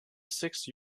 six